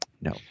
no